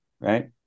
right